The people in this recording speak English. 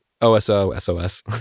O-S-O-S-O-S